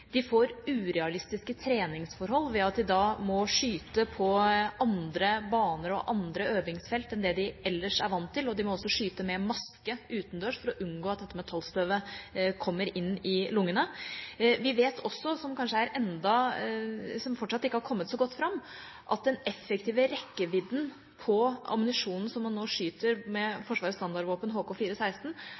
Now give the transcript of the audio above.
de får urealistiske treningsforhold ved at de må skyte på andre baner og andre øvingsfelt enn det de er vant til, og de må også skyte med maske utendørs for å unngå at dette metallstøvet kommer inn i lungene. Vi vet også – noe som kanskje ikke har kommet så godt fram – at den effektive rekkevidden for ammunisjonen som man nå skyter med, Forsvarets standardvåpen